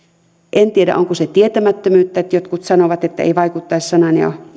en tiedä onko se tietämättömyyttä että jotkut sanovat että ei vaikuttaisi sanan ja